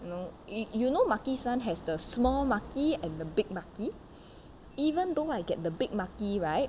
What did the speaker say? you know you you know makisan has the small maki and the big maki even though I get the big maki right